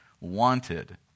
wanted